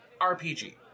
RPG